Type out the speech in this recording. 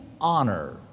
honor